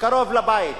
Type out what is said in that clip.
קרוב לבית.